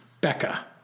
Becca